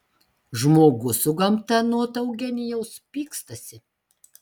žmogus su gamta anot eugenijaus pykstasi